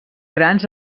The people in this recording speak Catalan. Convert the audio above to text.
grans